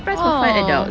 oh